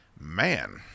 man